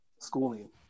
schooling